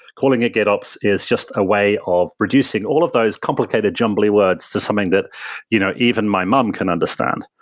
calling it gitops is just a way of reducing all of those complicated jumbly words to something that you know even my mom can understand.